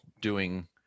doing-